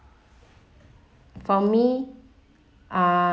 for me